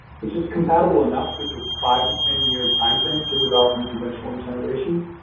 which is compatible enough with this five to ten year timeframe for developing conventional and generation.